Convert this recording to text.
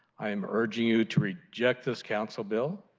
i am urging you to reject this council bill,